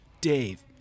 dave